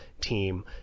team